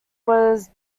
was